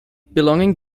belonging